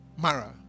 Mara